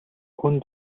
хүн